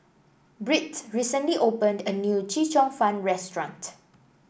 Britt recently opened a new Chee Cheong Fun restaurant